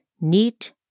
neat